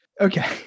Okay